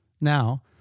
Now